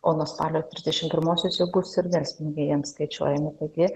o nuo spalio trisdešimt pirmosios jau bus ir delspinigiai jiems skaičiuojami taigi